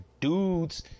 dudes